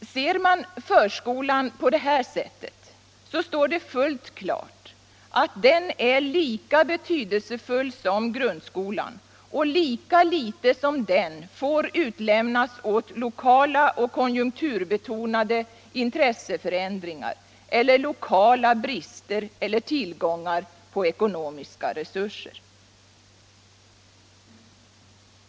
| Ser man förskolan på det här sättet står. det fullt klart att den är lika betydelsefull som grundskolan och lika litet som den får utlämnas åt lokala och konjunkturbetonade intresseförändringar eller lokala brister eller tillgångar på ekonomiska resurser.